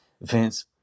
Vince